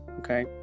Okay